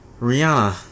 Rihanna